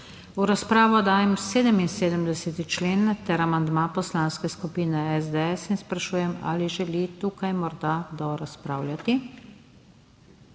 V razpravo dajem 77. člen ter amandma Poslanske skupine SDS in sprašujem, ali želi tukaj morda kdo razpravljati?